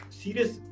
serious